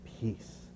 peace